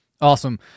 Awesome